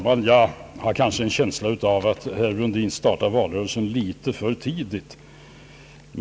Herr talman! Jag har en känsla av att herr Brundin kanske startar valrörelsen litet för tidigt.